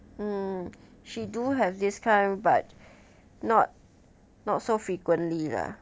mm she do have this kind but not not so frequently lah